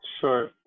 Sure